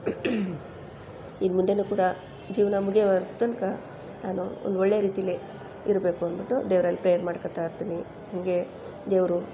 ಇನ್ನು ಮುಂದೆಯೂ ಕೂಡ ಜೀವನ ಮುಗಿಯುವ ತನಕ ನಾನು ಒಂದು ಒಳ್ಳೆಯ ರೀತಿಲಿ ಇರಬೇಕು ಅಂದ್ಬಿಟ್ಟು ದೇವ್ರಲ್ಲಿ ಪ್ರೇಯರ್ ಮಾಡ್ಕೊಳ್ತಾ ಇರ್ತೀನಿ ಹಾಗೆ ದೇವರು